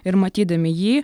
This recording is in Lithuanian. ir matydami jį